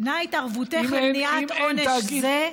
נא התערבותך למניעת עונש זה,